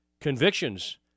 convictions